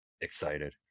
excited